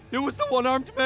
it was the one-armed man.